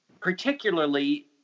particularly